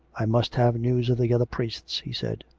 i must have news of the other priests, he said.